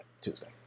Tuesday